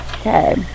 Okay